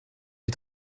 les